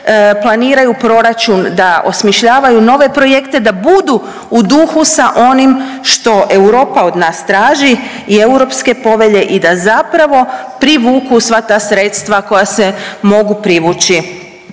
planiraju proračun, da osmišljavaju nove projekte, da budu u duhu sa onim što Europa od nas traži i europske povelje i da zapravo privuku sva ta sredstva koja se mogu privući